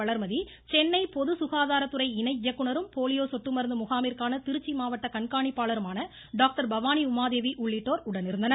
வளர்மதி சென்னை பொதுசுகாதார துறை இணை இயக்குநரும் போலியோ சொட்டு மருந்து முகாமிற்கான திருச்சி மாவட்ட கண்காணிப்பாளருமான டாக்டர் பவானி உமாதேவி உள்ளிட்டோர் உடனிருந்தனர்